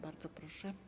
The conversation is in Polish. Bardzo proszę.